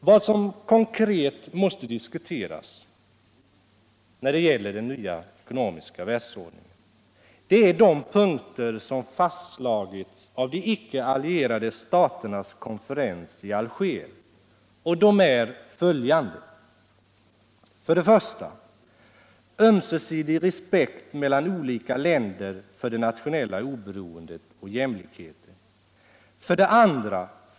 Vad som konkret måste diskuteras när det gäller den nya ekonomiska världsordningen är följande punkter, som har fastslagits av de icke-allierade staternas konferens i Alger: 1. Ömsesidig respekt mellan olika länder för det nationella oberoendet och jämlikheten. 2.